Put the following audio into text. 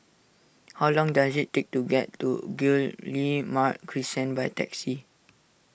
how long does it take to get to Guillemard Crescent by taxi